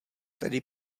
tedy